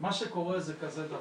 מה שקורה זה כזה דבר,